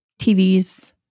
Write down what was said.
TVs